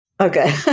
Okay